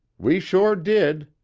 we sure did,